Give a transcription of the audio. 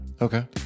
Okay